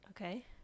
Okay